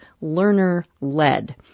learner-led